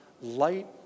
Light